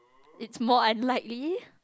it's more unlikely